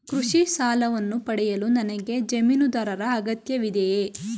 ಕೃಷಿ ಸಾಲವನ್ನು ಪಡೆಯಲು ನನಗೆ ಜಮೀನುದಾರರ ಅಗತ್ಯವಿದೆಯೇ?